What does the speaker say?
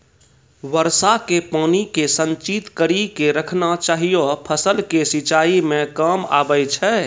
वर्षा के पानी के संचित कड़ी के रखना चाहियौ फ़सल के सिंचाई मे काम आबै छै?